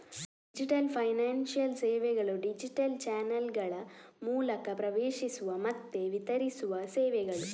digital financial ಸೇವೆಗಳು digital ಚಾನಲ್ಗಳ ಮೂಲಕ ಪ್ರವೇಶಿಸುವ ಮತ್ತೆ ವಿತರಿಸುವ ಸೇವೆಗಳು